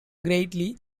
greatly